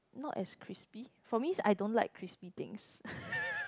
not as crispy for me is I don't like crispy things